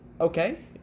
okay